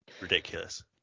Ridiculous